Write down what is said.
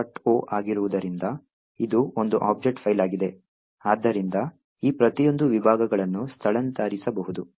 o ಆಗಿರುವುದರಿಂದ ಇದು ಒಂದು ಆಬ್ಜೆಕ್ಟ್ ಫೈಲ್ ಆಗಿದೆ ಆದ್ದರಿಂದ ಈ ಪ್ರತಿಯೊಂದು ವಿಭಾಗಗಳನ್ನು ಸ್ಥಳಾಂತರಿಸಬಹುದು